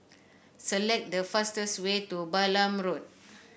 select the fastest way to Balam Road